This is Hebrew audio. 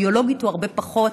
ביולוגית הוא הרבה פחות,